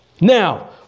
Now